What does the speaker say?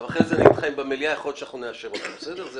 יכול להיות שנאשר את זה במליאה.